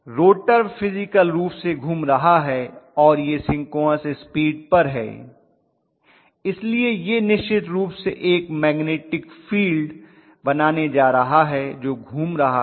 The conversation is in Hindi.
रोटर फिज़िकल रूप से घूम रहा है और वह सिंक्रोनस स्पीड पर है इसलिए यह निश्चित रूप से एक मैग्नेटिक फील्ड बनाने जा रहा है जो घूम रहा है